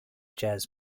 jazz